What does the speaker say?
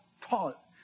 Paul